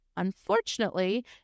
unfortunately